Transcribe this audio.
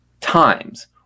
times